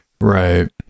Right